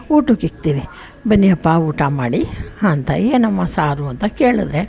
ಊಟಕ್ಕಿಕ್ತೀನಿ ಬನ್ನಿಯಪ್ಪಾ ಊಟ ಮಾಡಿ ಹಾಂ ತಾಯಿ ಏನಮ್ಮ ಸಾರು ಅಂತ ಕೇಳಿದ್ರೆ